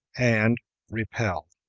and repel.